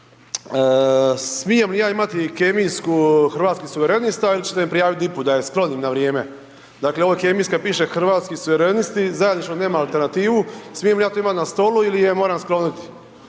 smijem li ja imati kemijsku Hrvatski suvremenista ili ćete me prijaviti DIP-u da je sklonim na vrijeme? Dakle, ova kemijska piše Hrvatski suvremenosti, zajedničko nemam alternativu, smijem li je ja imati na stolu ili je moram skloniti,